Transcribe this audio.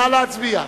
נא להצביע.